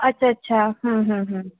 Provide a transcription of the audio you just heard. अच्छा